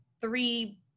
three